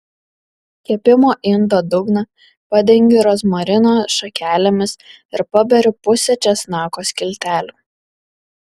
kepimo indo dugną padengiu rozmarino šakelėmis ir paberiu pusę česnako skiltelių